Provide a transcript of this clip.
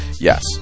Yes